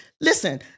Listen